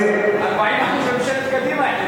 40% ממשלת קדימה החליטה.